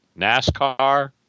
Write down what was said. NASCAR